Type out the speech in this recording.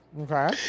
Okay